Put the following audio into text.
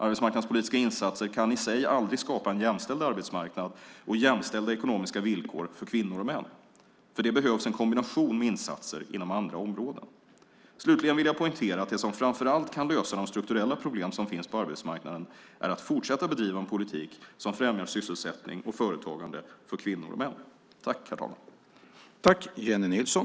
Arbetsmarknadspolitiska insatser kan i sig aldrig skapa en jämställd arbetsmarknad och jämställda ekonomiska villkor för kvinnor och män. För det behövs en kombination med insatser inom andra områden. Slutligen vill jag poängtera att det som framför allt kan lösa de strukturella problem som finns på arbetsmarknaden, är att fortsätta bedriva en politik som främjar sysselsättning och företagande för kvinnor och män.